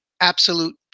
Absolute